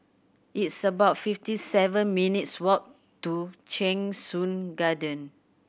it's about fifty seven minutes' walk to Cheng Soon Garden